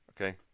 okay